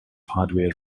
hardware